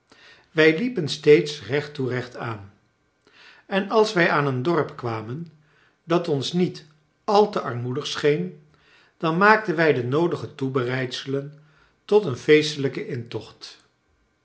wij liepen steeds recht toe recht aan en als wij aan een dorp kwamen dat ons niet al te armoedig scheen dan maakten wij de noodige toebereidselen tot een feestelijken intocht